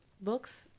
books